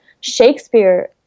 Shakespeare